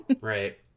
Right